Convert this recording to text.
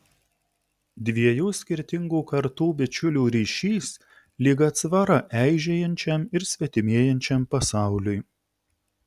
dviejų skirtingų kartų bičiulių ryšys lyg atsvara eižėjančiam ir svetimėjančiam pasauliui